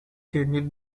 changes